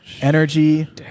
energy